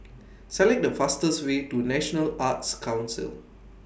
Select The fastest Way to National Arts Council